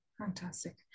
fantastic